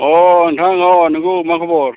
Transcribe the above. अह नोंथां अह नंगौ मा खबर